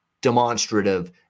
demonstrative